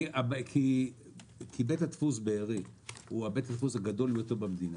כי בית הדפוס בארי הוא בית הדפוס הגדול ביותר במדינה.